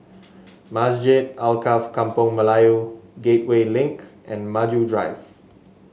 Masjid Alkaff Kampung Melayu Gateway Link and Maju Drive